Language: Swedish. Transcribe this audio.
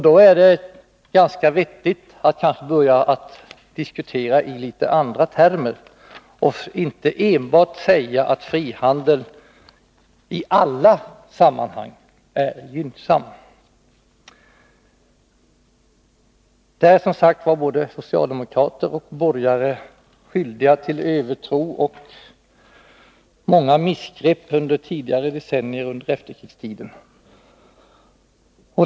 Då är det ganska vettigt att vi börjar diskutera i andra termer och inte enbart säger att frihandeln är gynnsam i alla sammanhang. Både socialdemokrater och borgare har som sagt till följd av övertro på frihandeln gjort sig skyldiga till många missgrepp under efterkrigstidens decennier.